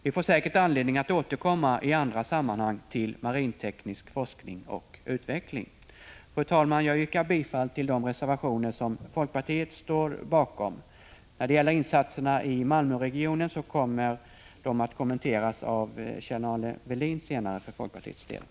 Vi får säkert anledning att återkomma i andra sammanhang till marinteknisk forskning och utveckling. Fru talman! Jag yrkar bifall till de reservationer som folkpartiet står bakom. När det gäller insatserna i Malmöregionen kommer de för folkpartiets del senare att kommenteras av Kjell-Arne Welin.